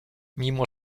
mimo